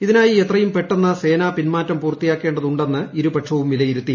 ഇതിനായി എത്രയും പെട്ടെന്ന് സേനാ പിൻമാറ്റം പൂർത്തിയാക്കേണ്ടതുണ്ടെന്ന് ഇരുപക്ഷവും വിലയിരുത്തി